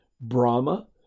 Brahma